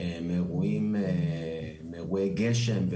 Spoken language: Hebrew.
מאירועי גשם,